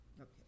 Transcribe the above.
Okay